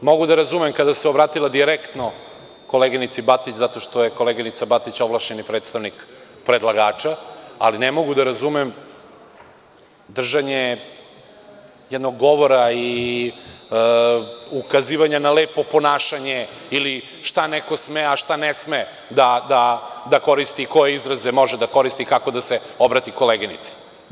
Mogu da razumem kada se obratila direktno koleginici Batić zato što je koleginica Batić ovlašćeni predstavnik predlagača, ali ne mogu da razumem držanje jednog govora i ukazivanje na lepo ponašanje ili šta neko sme, a šta ne sme da koristi i koje izraze može da koristi, kako da se obrati koleginici.